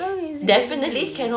how is it going to be